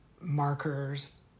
markers